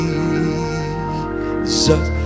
Jesus